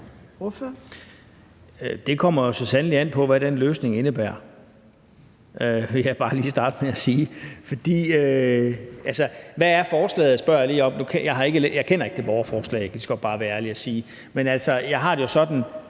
Det kommer så sandelig an på, hvad den løsning indebærer, vil jeg bare lige starte med at sige. For hvad er forslaget? spørger jeg lige om. Jeg kender ikke det borgerforslag, kan jeg lige så godt bare være ærlig at sige. Men jeg har det jo sådan,